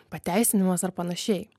pateisinimas ar panašiai